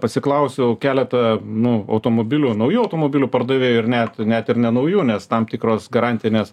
pasiklausiau keletą nu automobilių naujų automobilių pardavėjų ir net net ir nenaujų nes tam tikros garantinės